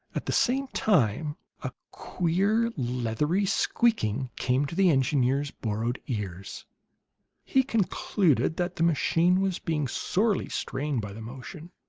at the same time a queer, leathery squeaking came to the engineer's borrowed ears he concluded that the machine was being sorely strained by the motion.